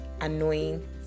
annoying